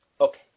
Okay